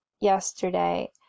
yesterday